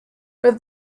but